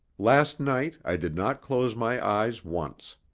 last night i did not close my eyes once.